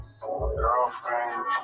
Girlfriend